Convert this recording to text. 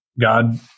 God